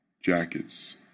jackets